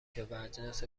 شدواجناس